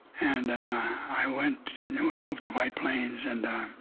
and i i went then we moved to white plains. and um